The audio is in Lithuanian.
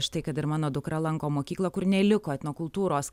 štai kad ir mano dukra lanko mokyklą kur neliko etnokultūros